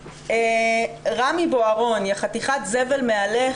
רמי בוהרון: יה חתיכת זבל מהלך,